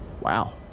Wow